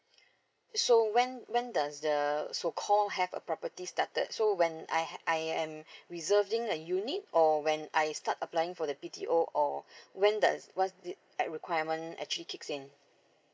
so when when does the the so call have a property started so when I had I'm reserving a unit or when I start applying for the B_T_O or when does was did like requirement actually kicks in